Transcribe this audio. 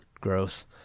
Gross